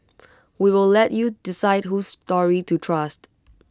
we'll let you decide whose story to trust